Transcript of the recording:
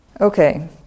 Okay